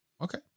Okay